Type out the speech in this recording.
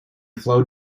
flow